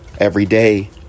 everyday